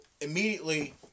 immediately